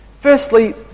Firstly